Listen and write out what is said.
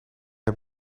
heb